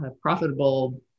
profitable